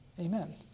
amen